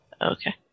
Okay